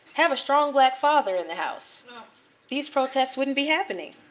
have a strong black father in the house, these protests wouldn't be happening.